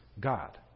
God